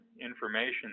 information